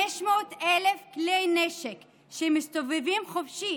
500,000 כלי נשק שמסתובבים חופשי